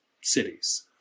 cities